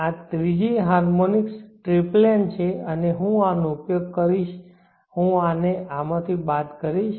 આ ત્રીજી harmonic triplen છે અને હું આનો ઉપયોગ કરીશ હું આને આ માંથી બાદ કરીશ